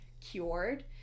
cured